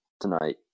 tonight